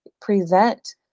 prevent